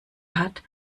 hat